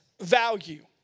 value